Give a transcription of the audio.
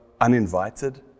uninvited